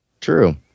true